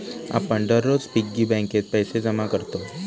आपण दररोज पिग्गी बँकेत पैसे जमा करतव